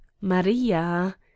maria